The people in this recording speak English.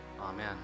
amen